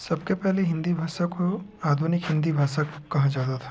सबके पहले हिंदी भाषा को आधुनिक हिंदी भाषा कहा जाता था